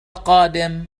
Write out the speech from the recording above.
قادم